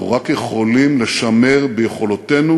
אנחנו רק יכולים לשמר ביכולותינו